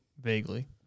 Vaguely